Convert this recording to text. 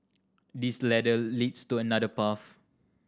this ladder leads to another path